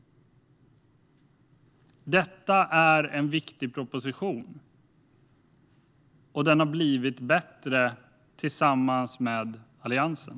Detta är en viktig proposition, och den har blivit bättre tillsammans med Alliansen.